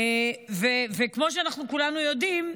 כמו שכולנו יודעים,